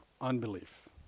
unbelief